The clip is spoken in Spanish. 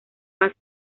paz